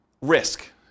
risk